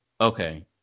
okay